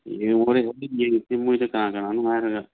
ꯌꯦꯡꯉꯣ ꯍꯣꯔꯦꯟ ꯑꯗꯨꯗꯤ ꯌꯦꯡꯉꯨꯔꯁꯤ ꯃꯣꯏꯗꯣ ꯀꯅꯥ ꯀꯅꯥꯅꯣ ꯍꯥꯏꯔꯒ